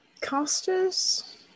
casters